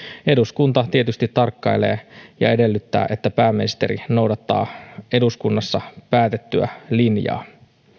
eduskunta tietysti tarkkailee ja edellyttää että pääministeri noudattaa eduskunnassa päätettyä linjaa